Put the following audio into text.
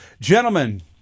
gentlemen